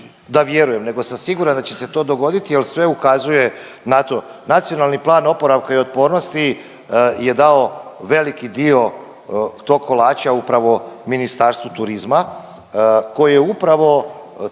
da vjerujem nego sam siguran da će se to dogoditi, jer sve ukazuje na to. Nacionalni plan oporavka i otpornosti je dao veliki dio tog kolača upravo Ministarstvu turizma koji je upravo